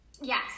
Yes